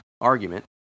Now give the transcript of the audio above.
argument